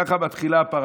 כך מתחילה הפרשה.